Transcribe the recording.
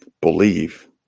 believe